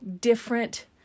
different